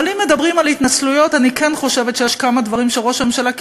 אבל אם מדברים על התנצלויות אני כן חושבת שיש כמה דברים שראש הממשלה,